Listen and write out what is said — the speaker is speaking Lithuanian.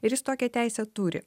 ir jis tokią teisę turi